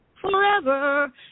forever